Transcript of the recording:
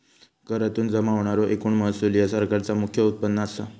करातुन जमा होणारो एकूण महसूल ह्या सरकारचा मुख्य उत्पन्न असा